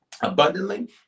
abundantly